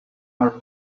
our